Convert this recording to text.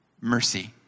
mercy